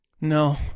No